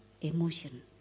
emotion